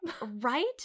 Right